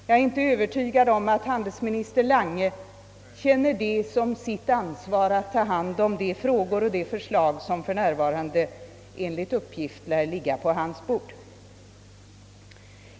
Jag är inte övertygad om att handelsminister Lange känner sig ansvarig för behandlingen av de hithörande frågor och förslag som enligt uppgift för närvarande lär ligga på hans bord.